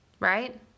Right